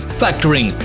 factoring